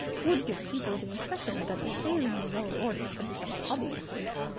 would give people the impression that assailing the lower orders had become a hobby of his.